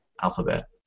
alphabet